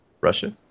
Russia